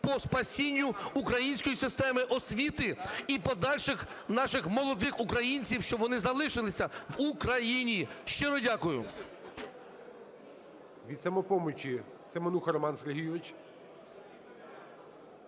по спасінню української системи освіти і подальших наших молодих українців, щоб вони залишилися в Україні. Щиро дякую. ГОЛОВУЮЧИЙ. Від "Самопомочі" Семенуха Роман Сергійович.